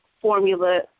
formula